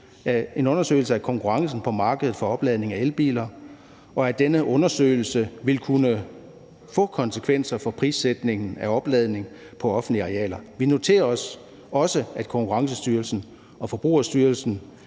en undersøgelse af konkurrencen på markedet for opladning af elbiler, og at denne undersøgelse vil kunne få konsekvenser for prissætningen af opladning på offentlige arealer. Vi noterer os også, at Konkurrencestyrelsen og Forbrugerstyrelsen